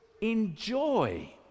enjoy